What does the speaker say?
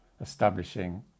establishing